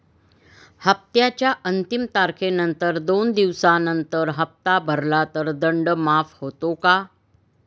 हप्त्याच्या अंतिम तारखेनंतर दोन दिवसानंतर हप्ता भरला तर दंड माफ होतो का?